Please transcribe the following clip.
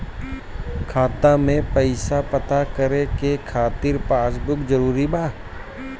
खाता में पईसा पता करे के खातिर पासबुक जरूरी बा?